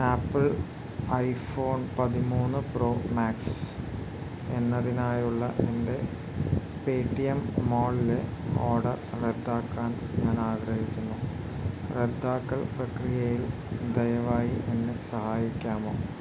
apple iPhone പതിമൂന്ന് pro max എന്നതിനായുള്ള എൻ്റെ പേടിഎം മോളിലെ ഓർഡർ റദ്ദാക്കാൻ ഞാൻ ആഗ്രഹിക്കുന്നു റദ്ദാക്കൽ പ്രക്രിയയിൽ ദയവായി എന്നെ സഹായിക്കാമോ